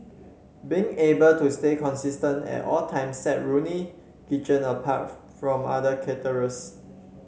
being able to stay consistent at all times set Ronnie Kitchen apart from other caterers